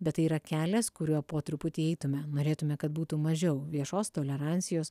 bet tai yra kelias kuriuo po truputį eitume norėtume kad būtų mažiau viešos tolerancijos